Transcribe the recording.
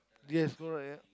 yes don't like that